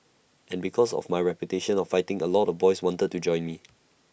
and because of my reputation of fighting A lot of boys wanted to join me